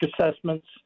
assessments